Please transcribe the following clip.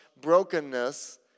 brokenness